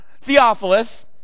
Theophilus